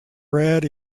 red